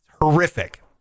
Horrific